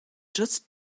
just